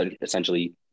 essentially